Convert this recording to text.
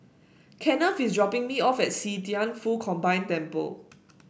Kennth is dropping me off at See Thian Foh Combined Temple